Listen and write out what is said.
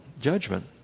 judgment